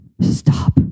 stop